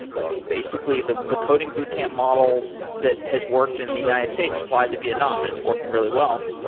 like basically, the the coding boot camp model that has worked in the united states applied to vietnam and it's working really well.